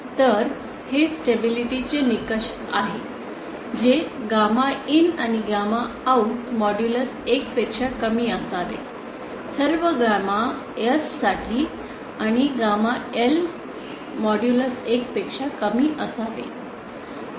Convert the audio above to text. तर हे स्टेबिलिटी चे निकष आहे जे गॅमा IN आणि गॅमा आउट मॉड्यूलस 1 पेक्षा कमी असावे सर्व गामा S साठी आणि गॅमा L मॉड्यूलस 1 पेक्षा कमी असावे